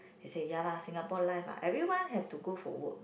he say ya lah Singapore life lah everyone have to go for work